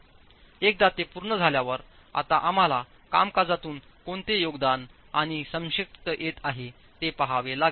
एकदा ते पूर्ण झाल्यावर आता आम्हाला कामकाजातून कोणते योगदान आणि संक्षेप येत आहे ते पहावे लागेल